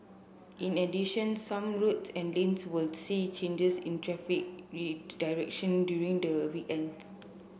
in addition some roads and lanes will see changes in traffic direction during the weekend